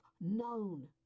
known